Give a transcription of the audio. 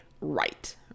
right